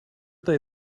they